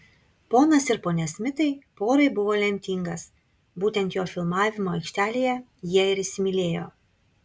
ponas ir ponia smitai porai buvo lemtingas būtent jo filmavimo aikštelėje jie ir įsimylėjo